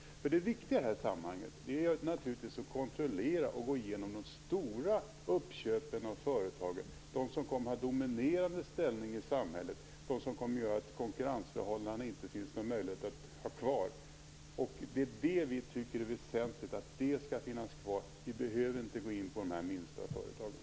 Det viktiga i sammanhanget är naturligtvis att kontrollera och gå igenom de stora uppköpen av företagen, de som kommer att ha en dominerande ställning i samhället och som kommer att göra att några konkurrensförhållanden inte kommer att finnas kvar. Det tycker vi är väsentligt att det skall finnas kvar. Vi behöver inte gå in på de minsta företagen.